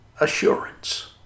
assurance